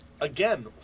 again